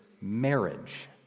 marriage